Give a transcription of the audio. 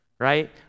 right